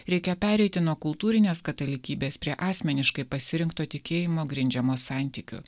reikia pereiti nuo kultūrinės katalikybės prie asmeniškai pasirinkto tikėjimo grindžiamo santykių